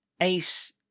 Ace